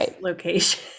location